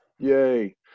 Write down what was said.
Yay